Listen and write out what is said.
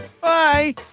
Bye